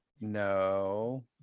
No